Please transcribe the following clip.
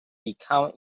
become